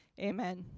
Amen